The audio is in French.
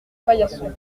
paillasson